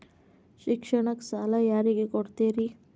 ಶಿಕ್ಷಣಕ್ಕ ಸಾಲ ಯಾರಿಗೆ ಕೊಡ್ತೇರಿ?